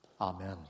Amen